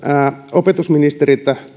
opetusministeriltä